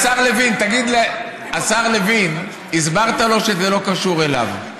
השר לוין, הסברת לו שזה לא קשור אליו.